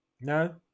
no